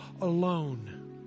alone